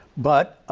but